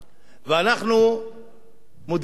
ואנחנו מודיעים להם